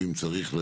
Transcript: ואם צריך,